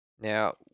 Now